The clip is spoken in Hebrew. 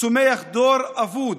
צומח דור אבוד,